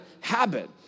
habit